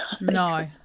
No